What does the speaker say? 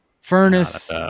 furnace